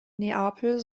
neapel